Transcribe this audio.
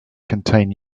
contain